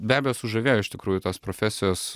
be abejo sužavėjo iš tikrųjų tos profesijos